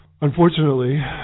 unfortunately